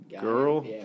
girl